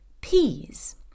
Peas